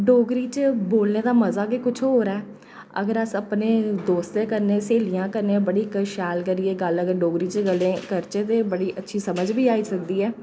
डोगरी च बोलने दा मजा गै किश होर ऐ अगर अस अपने दोस्तें कन्नै स्हेलियें कन्नै बड़ी शैल करियै गल्ल अगर डोगरी च कदें करचै ते बड़ी अच्छी समझ बी आई सकदी ऐ